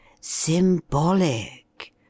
Symbolic